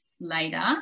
later